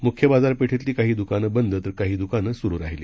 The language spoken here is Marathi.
मुख्य बाजारपेठेतील काही दुकानं बंद तर काही दुकानं सुरू आहेत